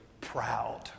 proud